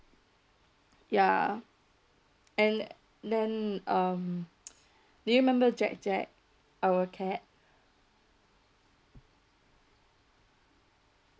ya and then um do you remember jack jack our cat